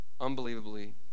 unbelievably